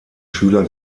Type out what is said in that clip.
schüler